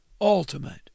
ultimate